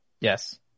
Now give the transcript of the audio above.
Yes